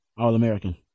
All-American